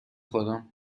خورم